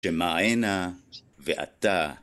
שְׁמָעֶנָּה וְאַתָּה